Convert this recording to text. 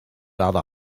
other